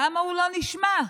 למה הוא לא נשמע?